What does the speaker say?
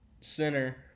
center